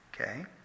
okay